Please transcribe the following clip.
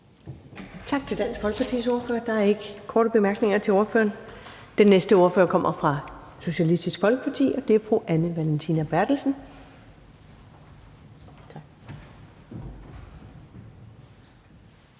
Tak til Dansk Folkepartis ordfører. Der er ikke korte bemærkninger til ordføreren. Den næste ordfører kommer fra Socialistisk Folkeparti, og det er fru Anne Valentina Berthelsen.